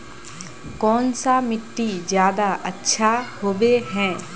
कौन सा मिट्टी ज्यादा अच्छा होबे है?